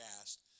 asked